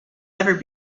ever